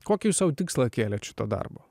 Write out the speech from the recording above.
kokį sau tikslą kėlėt šito darbo